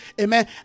amen